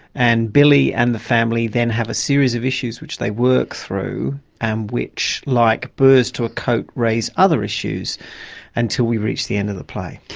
and billy and the family then have a series of issues which they work through and which, like burrs to a coat, raise other issues until we reach the end of the play.